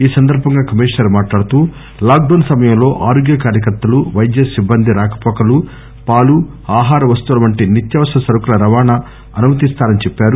ఈ సందర్సంగా కమీషనర్ మాట్హడుతూ లాక్ డౌన్ సమయంలో ఆరోగ్య కార్వకర్తలు వైద్యసిబ్బంది రాకపోకలు పాలు ఆహార వస్తువుల వంటి నిత్యావసర సరుకుల రవాణా అనుమతిస్తారని చెప్పారు